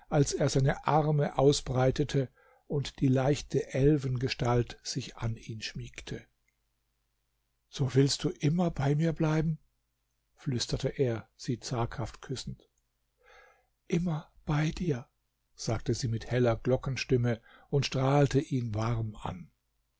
als er seine arme ausbreitete und die leichte elfengestalt sich an ihn schmiegte so willst du immer bei mir bleiben flüsterte er sie zaghaft küssend immer bei dir sagte sie mit heller glockenstimme und strahlte ihn warm an